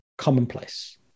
commonplace